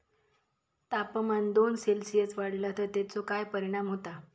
तापमान दोन सेल्सिअस वाढला तर तेचो काय परिणाम होता?